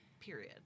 Period